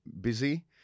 busy